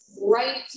right